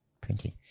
printing